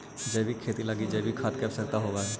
जैविक खेती लगी जैविक खाद के आवश्यकता होवऽ हइ